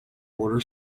border